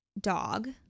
dog